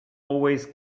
always